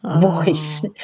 voice